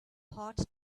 heart